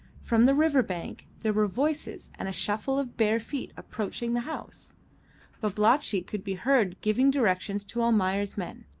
from the river-bank there were voices and a shuffle of bare feet approaching the house babalatchi could be heard giving directions to almayer's men,